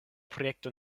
projekto